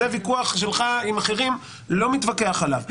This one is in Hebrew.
זה ויכוח שלך עם אחרים, אני לא מתווכח עליו.